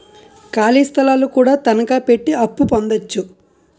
ఖాళీ స్థలాలు కూడా తనకాపెట్టి అప్పు పొందొచ్చు